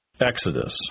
Exodus